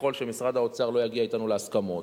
ככל שמשרד האוצר לא יגיע אתנו להסכמות,